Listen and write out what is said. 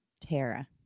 Tara